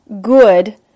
good